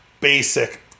basic